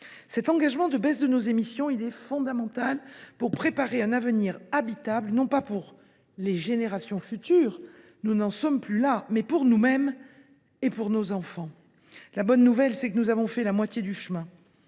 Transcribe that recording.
Cet engagement de baisse de nos émissions est fondamental pour préparer un avenir habitable, non pas pour les générations futures – nous n’en sommes plus là !–, mais pour nous mêmes et pour nos enfants. La bonne nouvelle est que nous avons fait la moitié du chemin.